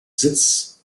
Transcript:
sitz